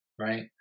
Right